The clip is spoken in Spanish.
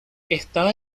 está